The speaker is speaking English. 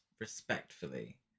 respectfully